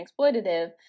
exploitative